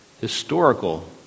historical